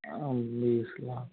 बीस लाख